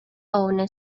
owner